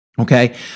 Okay